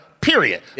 period